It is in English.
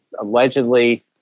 allegedly